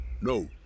no